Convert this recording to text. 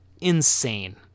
Insane